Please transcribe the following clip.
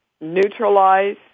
neutralize